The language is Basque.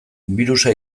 birusa